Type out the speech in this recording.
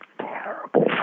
terrible